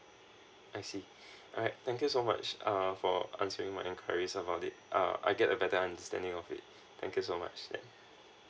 I see alright thank you so much um for answering my inquiries about it uh I get a better understanding of it thank you so much okay